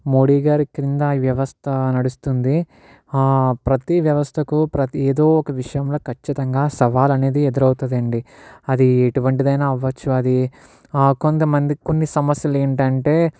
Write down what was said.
మోదీ గారి క్రింద ఈ వ్యవస్థ నడుస్తుంది ప్రతి వ్యవస్థకు ప్రతి ఏదో ఒక విషయంలో ఖచ్చితంగా సవాలనేది ఎదురవుతుందండీ అది ఎటువంటిదైన అవ్వచ్చు అది కొంత మందికి కొన్ని సమస్యలు ఏంటంటే